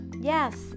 yes